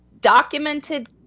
documented